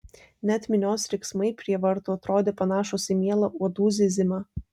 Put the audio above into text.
net minios riksmai prie vartų atrodė panašūs į mielą uodų zyzimą